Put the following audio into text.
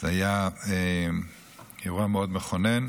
זה היה אירוע מאוד מכונן.